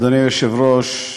אדוני היושב-ראש,